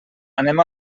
anem